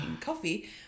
coffee